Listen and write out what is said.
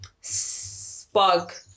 spark